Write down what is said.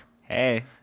Hey